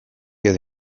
edo